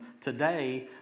today